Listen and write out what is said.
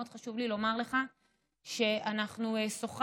מאוד חשוב לי לומר לך שאנחנו שוחחנו